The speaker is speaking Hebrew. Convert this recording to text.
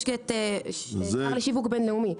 ויש את --- לשיווק בין-לאומי,